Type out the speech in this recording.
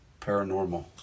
Paranormal